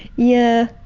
yeah,